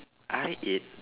R eight